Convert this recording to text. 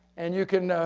and you can